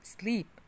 sleep